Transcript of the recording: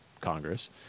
Congress